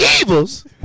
evils